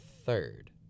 third